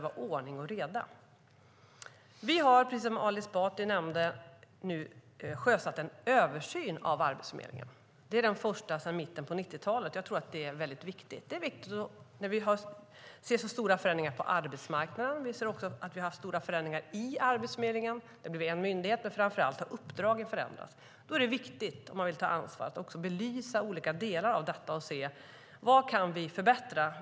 Vi har, precis som Ali Esbati nämnde, nu sjösatt en översyn av Arbetsförmedlingen. Det är den första sedan mitten av 1990-talet, och jag tror att det är viktigt. Det är viktigt när vi ser stora förändringar på arbetsmarknaden. Vi ser också att vi har haft stora förändringar i Arbetsförmedlingen - den blev en myndighet - och framför allt att uppdraget har förändrats. Om man vill ta ansvar är det då viktigt att belysa olika delar av detta och se vad vi kan förbättra.